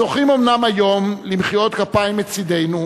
זוכים אומנם היום למחיאות כפיים מצדנו,